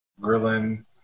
grilling